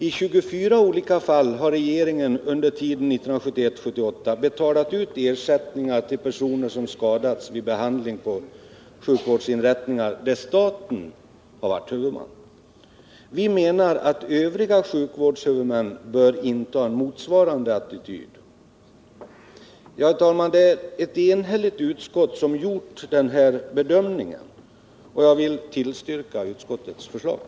I 24 olika fall har regeringen under 1971-1978 betalat ut ersättningar till personer som skadats vid behandling på sjukvårdsinrättningar, där staten har varit huvudman. Vi anser att övriga sjukvårdshuvudmän bör inta en liknande attityd. Herr talman! Ett enigt utskott har gjort denna bedömning, och jag yrkar bifall till utskottets hemställan.